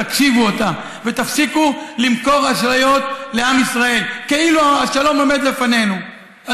תקשיבו לה ותפסיקו למכור אשליות לעם ישראל כאילו השלום עומד לפנינו,